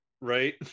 right